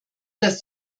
das